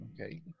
Okay